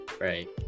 right